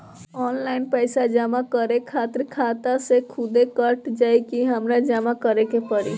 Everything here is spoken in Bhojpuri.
ऑनलाइन पैसा जमा करे खातिर खाता से खुदे कट जाई कि हमरा जमा करें के पड़ी?